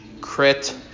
Crit